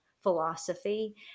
philosophy